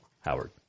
Howard